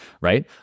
right